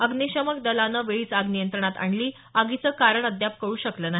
अग्निशमक दलानं वेळीच आग नियंत्रणात आणली आगीचं कारण अद्याप कळू शकलं नाही